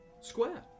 square